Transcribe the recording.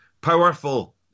powerful